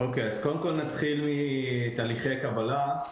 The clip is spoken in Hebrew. קודם כול נתחיל מתהליכי הקבלה.